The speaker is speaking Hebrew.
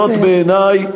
זאת בעיני,